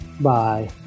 Bye